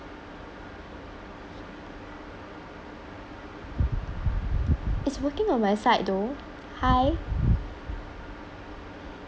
it's working on my side though hi